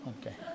Okay